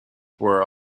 were